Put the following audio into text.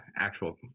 actual